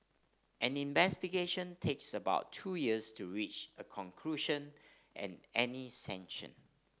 any investigation takes about two years to reach a conclusion and any sanction